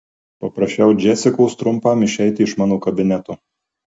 paprašiau džesikos trumpam išeiti iš mano kabineto